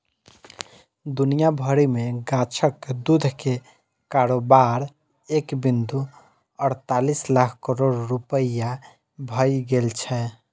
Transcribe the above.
दुनिया भरि मे गाछक दूध के कारोबार एक बिंदु अड़तालीस लाख करोड़ रुपैया भए गेल छै